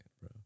bro